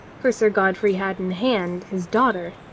for sir godfrey had in hand his daughter.